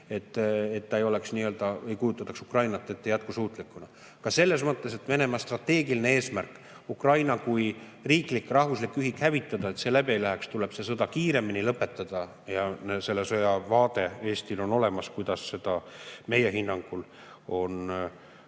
enda tulevikku hinnates ei kujutataks Ukrainat jätkusuutlikuna. Ka selles mõttes, et Venemaa strateegiline eesmärk Ukraina kui riiklik, rahvuslik ühik hävitada, läbi ei läheks, tuleb see sõda kiiremini lõpetada. See vaade Eestil on olemas, kuidas seda meie hinnangul on